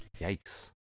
Yikes